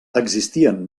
existien